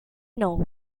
know